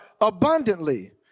abundantly